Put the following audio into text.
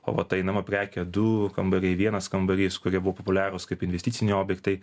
o vat einama prekė du kambariai vienas kambarys kokie buvo populiarūs kaip investiciniai objektai